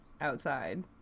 outside